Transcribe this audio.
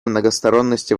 многосторонности